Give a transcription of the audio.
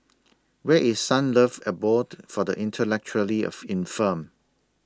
Where IS Sunlove Abode For The Intellectually of Infirmed